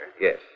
Yes